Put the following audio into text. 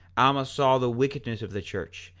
alma saw the wickedness of the church,